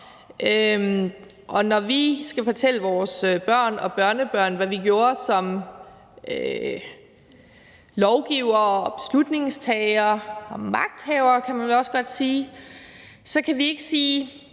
når vi skal fortælle vores børn og børnebørn, hvad vi gjorde som lovgivere, som beslutningstagere og som magthavere, kan man vel også godt sige, så kan vi ikke sige,